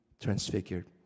transfigured